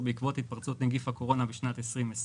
בעקבות התפרצות נגיף הקורונה בשנת 2020,